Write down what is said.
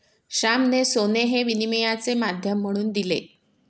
श्यामाने सोने हे विनिमयाचे माध्यम म्हणून दिले